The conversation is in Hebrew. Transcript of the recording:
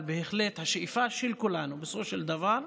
אבל בהחלט, השאיפה של כולנו בסופו של דבר,